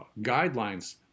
guidelines